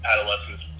Adolescence